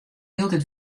hieltyd